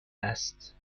است